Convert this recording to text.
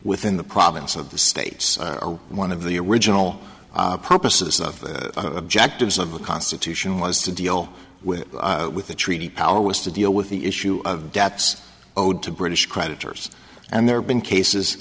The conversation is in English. within the province of the states one of the original purposes of the objectives of the constitution was to deal with the treaty power was to deal with the issue of debts owed to british creditors and there have been cases